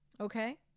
Okay